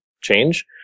change